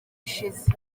ishize